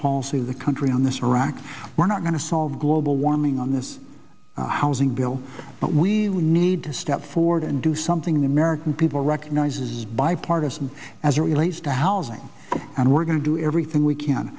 policy the country on this arac we're not going to solve global warming on this housing bill but we really need to step forward and do something the american people recognize is bipartisan as it relates to housing and we're going to do everything we can